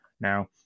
Now